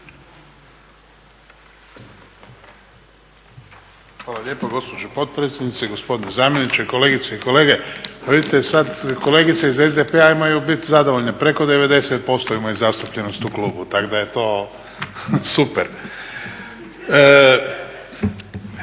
Hvala lijepo gospođo potpredsjednice. Gospodine zamjeniče, kolegice i kolege. Pa vidite sad, kolegice iz SDP-a imaju bit zadovoljne, preko 90% imaju zastupljenost u klubu tako da je to super.